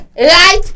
right